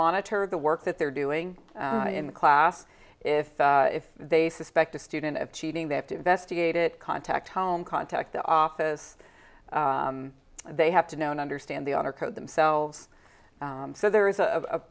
monitor the work that they're doing in class if if they suspect a student of cheating they have to investigate it contact home contact the office they have to know and understand the honor code themselves so there is a a